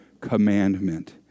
commandment